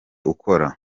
ukora